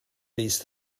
least